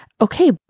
okay